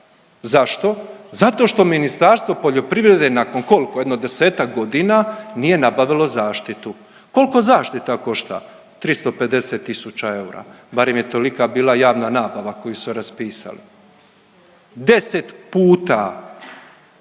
Zašto? Zato što Ministarstvo poljoprivrede, nakon koliko, jedno desetak godine, nije nabavilo zaštitu. Koliko zaštita košta? 350 tisuća eura. Barem je tolika bila javna nabava koju su raspisali. 10 puta